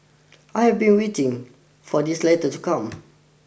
I have been waiting for this letter to come